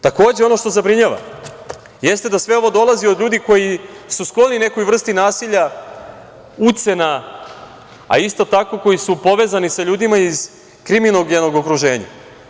Takođe, ono što zabrinjava jeste da sve ovo dolazi od ljudi koji su skloni nekoj vrsti nasilja, ucena, a isto tako koji su povezani sa ljudima iz kriminogenog okruženja?